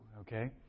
okay